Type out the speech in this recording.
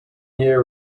year